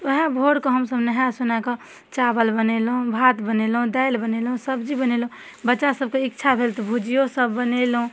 ओएह भोरकऽ हमसब नहाय सोनाय कऽ चावल बनेलहुँ भात बनेलहुँ दालि बनेलहुँ सब्जी बनेलहुँ बच्चा सबके इच्छा भेल तऽ भुजियो सब बनेलहुँ